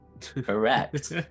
correct